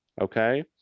Okay